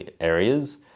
areas